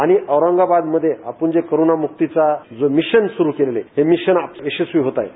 आणि औरंगाबादमधे आपण जे कोरोना मुक्तीचा जे मिशन स़रू केलेलंय ते मिशन यशस्वी होतायत